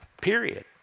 Period